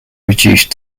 reduced